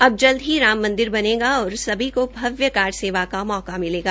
अब जल्द ही राम मंदिर बनेगा और सभी को भव्य कार सेवा का मौका मिलेगा